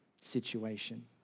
situation